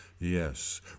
Yes